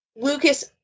Lucas